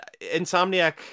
insomniac